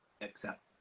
Accept